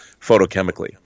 photochemically